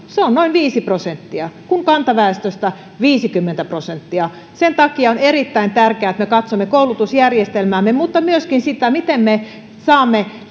se on noin viisi prosenttia kun kantaväestöstä viisikymmentä prosenttia sen takia on erittäin tärkeää että me katsomme koulutusjärjestelmäämme mutta myöskin sitä miten me saamme